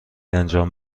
انجام